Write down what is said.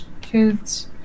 kids